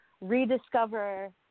rediscover